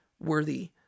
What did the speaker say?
worthy